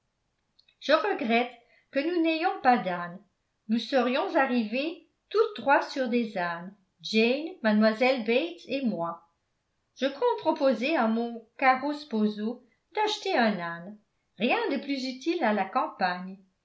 je regrette que nous n'ayons pas d'âne nous serions arrivées toutes trois sur des ânes jane mlle bates et moi je compte proposer à mon caro sposo d'acheter un âne rien de plus utile à la campagne